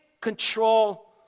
control